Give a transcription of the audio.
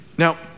Now